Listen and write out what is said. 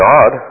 God